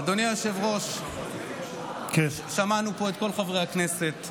אדוני היושב-ראש, שמענו פה את כל חברי הכנסת.